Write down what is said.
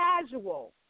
casual